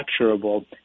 manufacturable